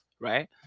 right